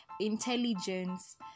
intelligence